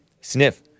Sniff